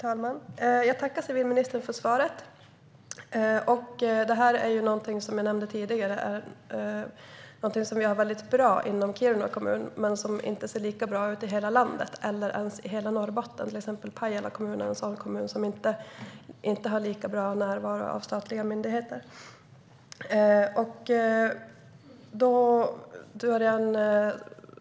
Herr talman! Jag tackar civilministern för svaret. Som jag nämnde fungerar detta väldigt bra i Kiruna kommun, men det ser inte lika bra ut i hela landet, inte ens i hela Norrbotten. Pajala kommun är en sådan kommun som inte har lika stor närvaro av statliga myndigheter.